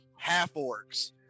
half-orcs